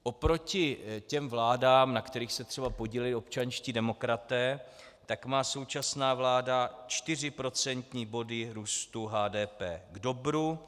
Oproti těm vládám, na kterých se třeba podíleli občanští demokraté, tak má současná vláda 4 procentní body růstu HDP k dobru.